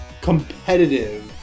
competitive